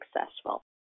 successful